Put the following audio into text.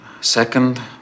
Second